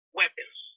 weapons